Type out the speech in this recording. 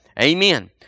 Amen